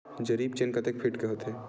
जरीब चेन कतेक फीट के होथे?